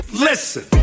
Listen